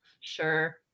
Sure